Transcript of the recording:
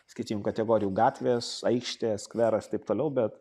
skirtingų kategorijų gatvės aikštės skveras taip toliau bet